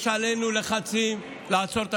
יש עלינו לחצים לעצור.